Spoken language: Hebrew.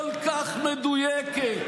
כל כך מדויקת,